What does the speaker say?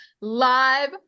live